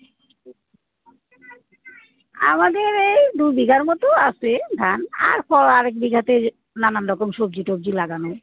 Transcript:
আমাদের এই দু বিঘার মতো আসে ধান আর ফ আরেক বিঘাতে নানান রকম সব্জি টব্জি লাগানো